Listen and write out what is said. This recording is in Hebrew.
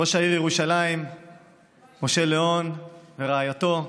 ראש העיר ירושלים משה ליאון ורעייתו,